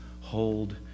hold